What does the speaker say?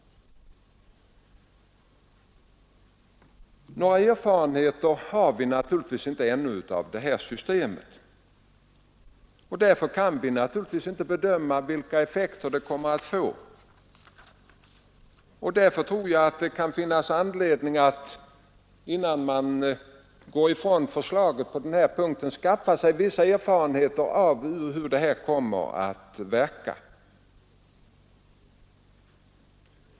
Några erfarenheter har vi naturligtvis inte ännu av detta system, och därför kan vi väl inte heller helt bedöma vilka effekter det kommer att få. Följaktligen kan det finnas anledning att, innan man går ifrån propositionsförslaget på denna punkt, skaffa sig vissa erfarenheter av hur systemet kommer att verka.